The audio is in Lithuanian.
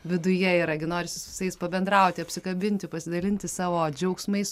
viduje yra gi norisi visais pabendrauti apsikabinti pasidalinti savo džiaugsmais